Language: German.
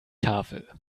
tafel